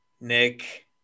Nick